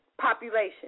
population